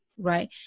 Right